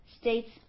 states